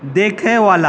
देखैवला